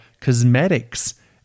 cosmetics